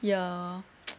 ya